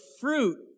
fruit